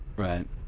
Right